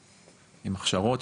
עם הכשרות,